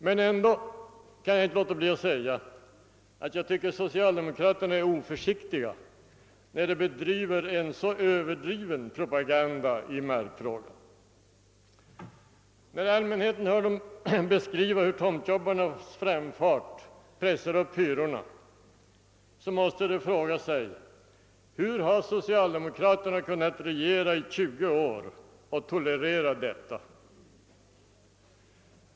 Men ändå kan jag inte underlåta att framhålla, att socialdemokraterna är oförsiktiga då de för en så överdriven propagandakampanj i markfrågan. När allmänheten hör dem beskriva hur tomtjobbarnas framfart pressar upp hyrorna måste man fråga sig, hur socialdemokraterna kunnat tolerera detta under tjugo år av regerande.